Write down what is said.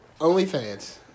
OnlyFans